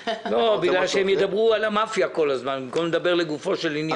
הם ידברו על המאפיה כל הזמן במקום לדבר לגופו של עניין.